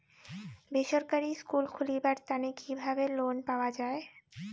বেসরকারি স্কুল খুলিবার তানে কিভাবে লোন পাওয়া যায়?